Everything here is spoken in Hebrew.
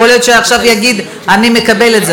יכול להיות שעכשיו הוא יגיד "אני מקבל את זה",